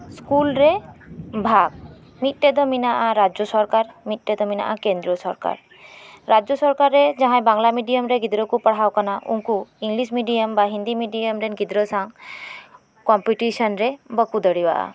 school ᱨᱮ ᱵᱷᱟᱜᱽ ᱢᱤᱫᱴᱮᱱ ᱫᱚ ᱢᱮᱱᱟᱜᱼᱟ ᱨᱟᱡᱽᱡᱳ ᱥᱚᱨᱠᱟᱨ ᱢᱤᱫᱴᱮᱱ ᱫᱚ ᱢᱮᱱᱟᱜᱼᱟ ᱠᱮᱱᱫᱨᱚ ᱥᱚᱨᱠᱟᱨ ᱨᱟᱡᱽᱡᱳ ᱥᱚᱨᱠᱟᱨ ᱨᱮ ᱡᱟᱦᱟᱸᱭ ᱵᱟᱝᱞᱟ ᱢᱤᱰᱤᱭᱟᱢ ᱨᱮ ᱜᱤᱫᱽᱨᱟᱹᱠᱚ ᱯᱟᱲᱦᱟᱣ ᱟᱠᱟᱱᱟ ᱩᱱᱠᱩ ᱤᱝᱞᱤᱥ ᱢᱤᱰᱤᱭᱟᱢ ᱵᱟ ᱦᱤᱱᱫᱤ ᱢᱤᱰᱤᱭᱟᱢ ᱨᱮᱱ ᱜᱤᱫᱽᱨᱟᱹ ᱥᱟᱶ ᱠᱚᱢᱯᱤᱴᱤᱥᱮᱱ ᱨᱮ ᱵᱟᱠᱚ ᱫᱟᱲᱮᱣᱟᱜᱼᱟ